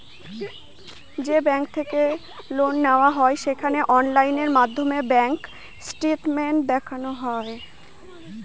যে ব্যাঙ্ক থেকে লোন নেওয়া হয় সেখানে অনলাইন মাধ্যমে ব্যাঙ্ক স্টেটমেন্ট দেখানো হয়